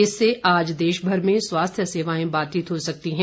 इससे आज देशभर में स्वास्थ्य सेवाएं बाधित हो सकती हैं